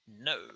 no